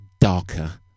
darker